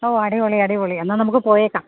ഓ അടിപൊളി അടിപൊളി എന്നാൽ നമുക്ക് പോയേക്കാം